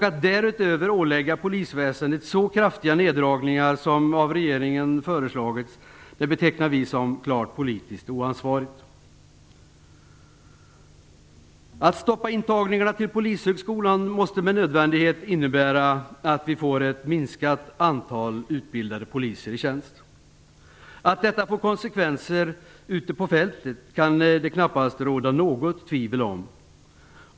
Att därutöver ålägga polisväsendet så kraftiga neddragningar som regeringen föreslagit betecknar vi som klart politiskt oansvarigt. Att stoppa intagningarna till Polishögskolan måste med nödvändighet innebära att vi får ett minskat antal utbildade poliser i tjänst. Att detta får konsekvenser ute på fältet kan det knappast råda något tvivel om.